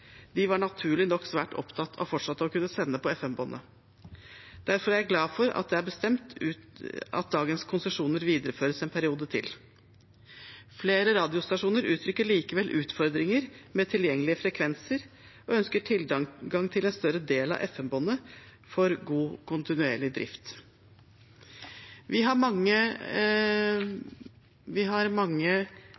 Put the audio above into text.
De var naturlig nok svært opptatt av fortsatt å kunne sende på FM-båndet. Derfor er jeg glad for at det er bestemt at dagens konsesjoner videreføres i en periode til. Flere radiostasjoner gir likevel uttrykk for at det er utfordringer med tilgjengelige frekvenser og ønsker tilgang til en større del av FM-båndet for god, kontinuerlig drift. Det er mange